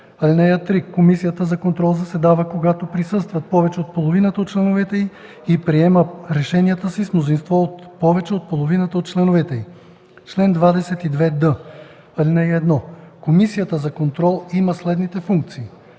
Комисията за контрол заседава, когато присъстват повече от половината от членовете й, и приема решенията си с мнозинство от повече от половината от членовете й. Чл. 22д. (1) Комисията за контрол има следните функции: